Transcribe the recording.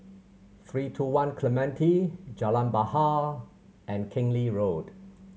Three Two One Clementi Jalan Bahar and Keng Lee Road